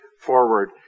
forward